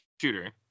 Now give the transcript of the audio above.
shooter